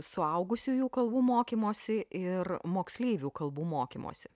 suaugusiųjų kalbų mokymosi ir moksleivių kalbų mokymosi